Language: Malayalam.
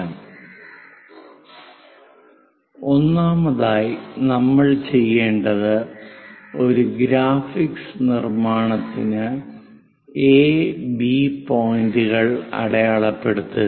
8 ഒന്നാമതായി നമ്മൾ ചെയ്യേണ്ടത് ഒരു ഗ്രാഫിക് നിർമ്മാണത്തിന് എ ബി A B പോയിന്റുകൾ അടയാളപ്പെടുത്തുക